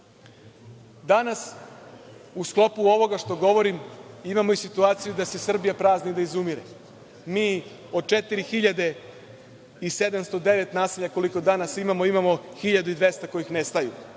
u sklopu ovoga što govorim, imamo i situaciju da se Srbija prazni, da izumire. Mi od 4.709 naselja, koliko danas imamo, imamo 1.200 kojih nestaje.